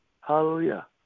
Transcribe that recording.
Hallelujah